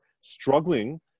struggling